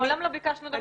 מעולם לא ביקשנו דבר כזה,